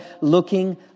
Looking